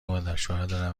مادرشوهردارم